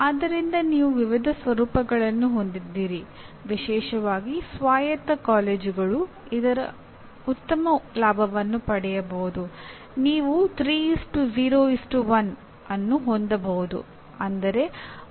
ಆದ್ದರಿಂದ ನೀವು ವಿವಿಧ ಸ್ವರೂಪಗಳನ್ನು ಹೊಂದಿದ್ದೀರಿ ವಿಶೇಷವಾಗಿ ಸ್ವಾಯತ್ತ ಕಾಲೇಜುಗಳು ಇದರ ಉತ್ತಮ ಲಾಭವನ್ನು ಪಡೆಯಬಹುದು ನೀವು 301 ಅನ್ನು ಹೊಂದಬಹುದು